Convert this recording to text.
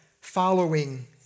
following